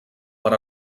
per